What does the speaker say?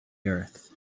earth